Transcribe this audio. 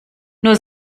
nur